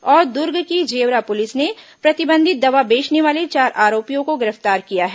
और दुर्ग की जेवरा पुलिस ने प्रतिबंधित दवा बेचने वाले चार आरोपियों को गिरफ्तार किया है